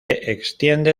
extiende